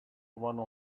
one